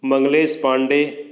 Manglesh Pandey